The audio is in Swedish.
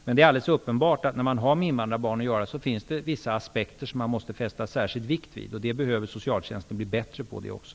Det är alldeles uppenbart att det finns vissa aspekter som man måste fästa särskild vikt vid när man har med invandrarbarn att göra. Också detta behöver socialtjänsten bli bättre på.